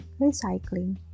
recycling